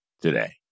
today